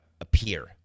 appear